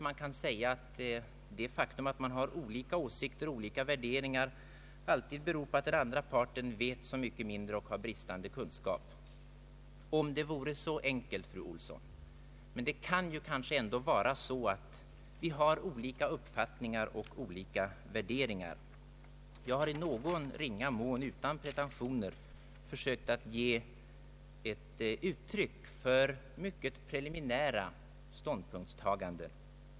Man kan naturligtvis påstå att det faktum att man har olika åsikter och värderingar alltid beror på att den andra parten vet så mycket mindre och har så bristande kunskaper. Om det vore så enkelt, fru Olsson! Men det kan kanske också vara så att vi har olika uppfattningar och olika värderingar. Jag har i någon ringa mån, utan pretentioner, försökt att ge uttryck för mycket preliminära ståndpunktstaganden.